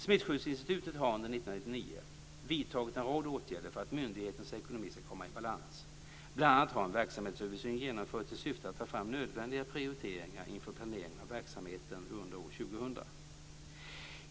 Smittskyddsinstitutet har under 1999 vidtagit en rad åtgärder för att myndighetens ekonomi ska komma i balans. Bl.a. har en verksamhetsöversyn genomförts i syfte att ta fram nödvändiga prioriteringar inför planeringen av verksamheten under år 2000.